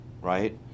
Right